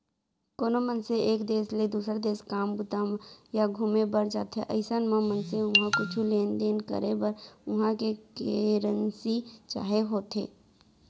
कोनो मनसे एक देस ले दुसर देस काम बूता या घुमे बर जाथे अइसन म मनसे उहाँ कुछु लेन देन करे बर उहां के करेंसी चाही होथे